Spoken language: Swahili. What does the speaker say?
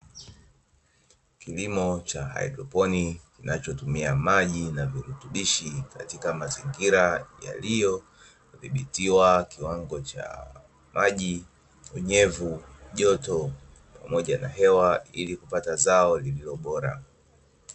Kilimo cha haidroponi kinachotumia maji na virutubishi katika mazingira yaliyodhibitiwa kiwango cha maji, unyevu, joto, pamoja na hewa ili kupata zao lililo bora.